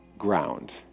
ground